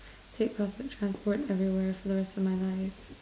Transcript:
take public transport everywhere for the rest of my life